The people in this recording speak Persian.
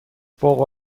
فوق